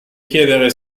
chiedere